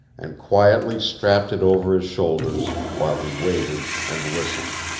and quietly strapped it over his shoulders while he waited and listened.